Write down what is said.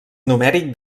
numèric